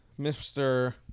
Mr